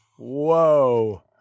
Whoa